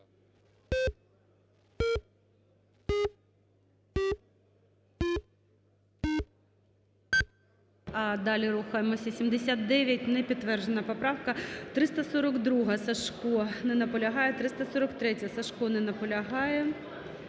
Далі рухаємося. 79, не підтверджена поправка. 342-а, Сажко не наполягає. 343-я, Сажко не наполягає.